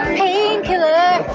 painkiller